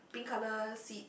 pink colour seats